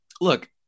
look